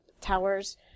towers